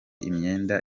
imyenda